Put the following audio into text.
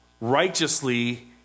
righteously